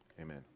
amen